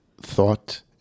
thought